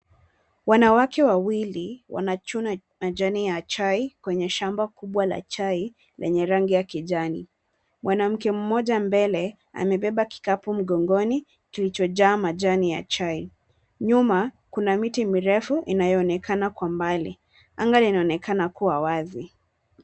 Wanawake wawili wanachuna majani ya chai kwenye shamba kubwa la chai lenye rangi ya kijani. Mwanamke mmoja mbele, amebeba kikapu mgongoni kilichojaa majani ya chai. Nyuma kuna miti mirefu inayoonekana kwa mbali. Anga linaonekana kuwa wazi.